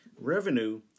Revenue